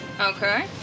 Okay